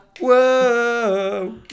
whoa